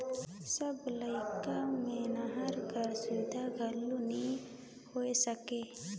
सब इलाका मे नहर कर सुबिधा घलो नी होए सके